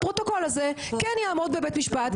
הפרוטוקול הזה כן יעמוד בבית משפט,